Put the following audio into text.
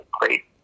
great